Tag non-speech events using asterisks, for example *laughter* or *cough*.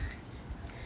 *laughs*